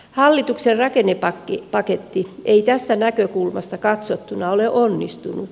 hallituksen rakennepaketti ei tästä näkökulmasta katsottuna ole onnistunut